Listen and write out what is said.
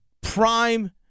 prime